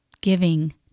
giving